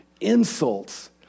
insults